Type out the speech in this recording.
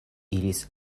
iris